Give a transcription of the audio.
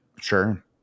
Sure